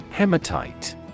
Hematite